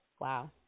Wow